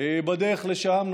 בדרך לשם,